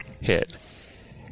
hit